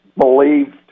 believed